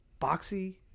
Boxy